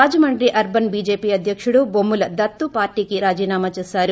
Rajahmundry urban BJP అధ్యకుడు బొమ్ముల దత్తు పార్టీకి రాజీనామా చేశారు